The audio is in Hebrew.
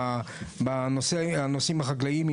בנושאים החקלאיים,